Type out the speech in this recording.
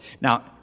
Now